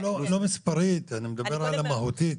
לא מספרית, אני מדבר מהותית.